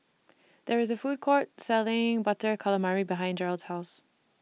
There IS A Food Court Selling Butter Calamari behind Jerold's House